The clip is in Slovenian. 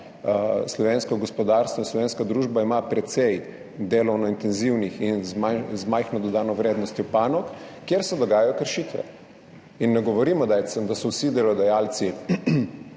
slovensko gospodarstvo in slovenska družba še vedno precej delovno intenzivnih panog in panog z majhno dodano vrednostjo, kjer se dogajajo kršitve. In ne govorimo, da so vsi delodajalci